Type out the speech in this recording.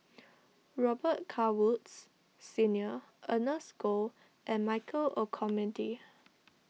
Robet Carr Woods Senior Ernest Goh and Michael Olcomendy